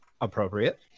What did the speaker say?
appropriate